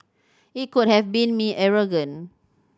it could have made me arrogant